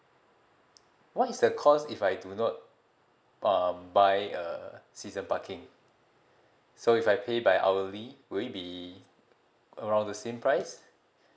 what is the cost if I do not um buy a season parking so if I pay by hourly will it be around the same price